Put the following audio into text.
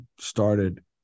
started